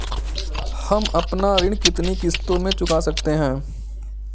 हम अपना ऋण कितनी किश्तों में चुका सकते हैं?